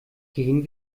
gehen